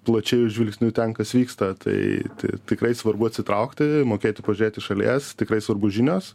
plačiu žvilgsniu ten kas vyksta tai tikrai svarbu atsitraukti mokėti pažiūrėt iš šalies tikrai svarbu žinios